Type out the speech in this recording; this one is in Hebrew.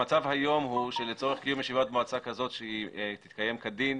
המצב היום הוא שלצורך קיום ישיבת מועצה כזאת שתתקיים כדין,